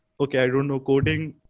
okay, i don't know coding,